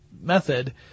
method